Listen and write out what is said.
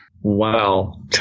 Wow